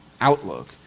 outlook